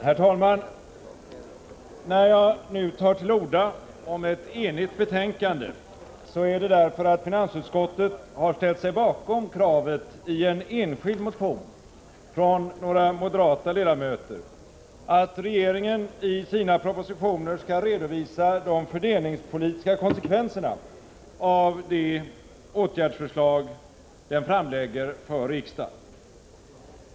Herr talman! När jag nu tar till orda om ett enigt betänkande, är det därför att finansutskottet har ställt sig bakom kravet i en enskild motion från några moderata ledamöter att regeringen i sina propositioner skall redovisa de fördelningspolitiska konsekvenserna av de åtgärdsförslag den framlägger för riksdagen.